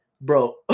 bro